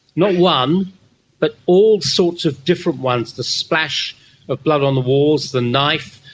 not one but all sorts of different ones the splash of blood on the walls, the knife,